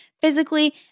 physically